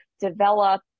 develop